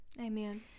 Amen